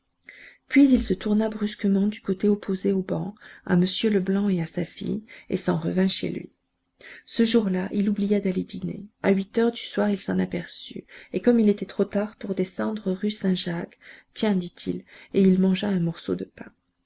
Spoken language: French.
puis il se tourna brusquement du côté opposé au banc à m leblanc et à sa fille et s'en revint chez lui ce jour-là il oublia d'aller dîner à huit heures du soir il s'en aperçut et comme il était trop tard pour descendre rue saint-jacques tiens dit-il et il mangea un morceau de pain